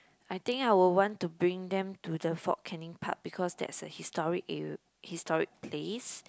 I think I will want to bring them to the Fort-Canning park because that's a historic area historic place